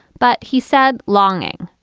but he said, longing.